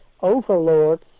overlords